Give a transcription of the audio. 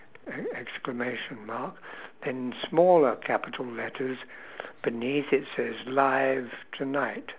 oh exclamation mark and smaller capital letters beneath it says live tonight